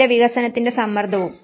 നഗരവികസനത്തിന്റെ സമ്മർദ്ദവും